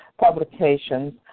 publications